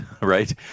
right